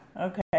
Okay